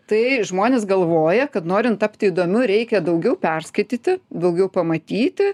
tai žmonės galvoja kad norint tapti įdomiu reikia daugiau perskaityti daugiau pamatyti